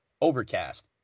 Overcast